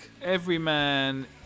Everyman